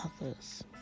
others